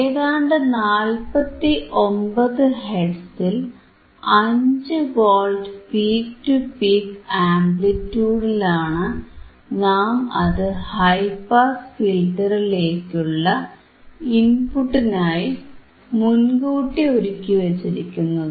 ഏതാണ്ട് 49 ഹെർട്സിൽ 5 volt peak to peak ആംപ്ലിറ്റിയൂഡിലാണ് നാം അത് ഹൈ പാസ് ഫിൽറ്ററിലേക്കുള്ള ഇൻപുട്ടിനായി മുൻകൂട്ടി ഒരുക്കിവച്ചിരിക്കുന്നത്